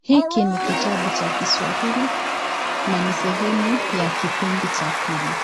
Hiki ni kitabu cha kiswahili na ni sehemu ya kipindi cha pili,